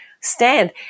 stand